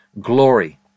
glory